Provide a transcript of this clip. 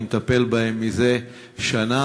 אני מטפל בהם מזה שנה,